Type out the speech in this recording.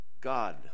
God